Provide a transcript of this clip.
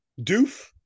doof